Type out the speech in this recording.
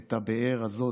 את הבאר הזאת,